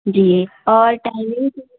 جی اور ٹائمنگ